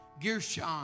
Gershon